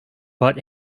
but